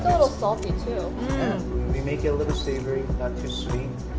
little salty too yeah we make it a little savory, not too sweet